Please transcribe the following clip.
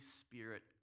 Spirit